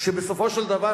שבסופו של דבר